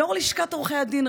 יו"ר לשכת עורכי הדין.